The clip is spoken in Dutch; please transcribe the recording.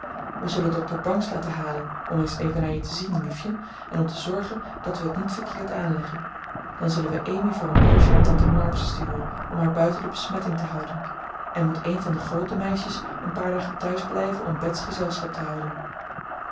we zullen dokter bangs laten halen om eens even naar je te zien liefje en om te zorgen dat we het niet verkeerd aanleggen dan zullen wij amy voor een poosje naar tante march sturen om haar buiten de besmetting te houden en moet een van de groote meisjes een paar dagen thuis blijven om bets gezelschap te houden